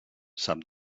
sap